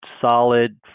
solid